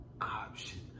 option